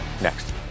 Next